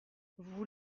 vous